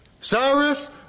Cyrus